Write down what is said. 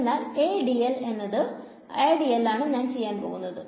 അതിനാൽ ആണ് ഞാൻ ചെയ്യാൻ പോകുന്നത്